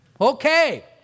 Okay